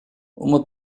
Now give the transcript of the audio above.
uma